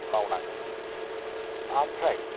मावनांगोन आमफ्राय